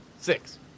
Six